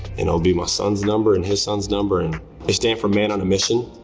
and it'll be my son's number and his son's number, and they stand for man on a mission.